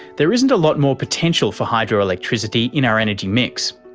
there isn't a lot more potential for hydro-electricity in our energy mix,